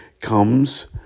comes